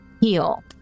heal